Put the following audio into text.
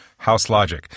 houselogic